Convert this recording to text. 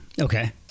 Okay